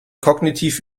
kognitiv